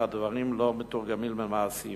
אך הדברים לא מתורגמים למעשים